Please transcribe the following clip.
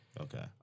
Okay